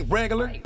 regular